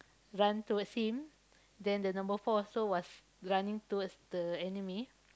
run towards him then the number four also was running towards the enemy